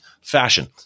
fashion